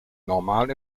normal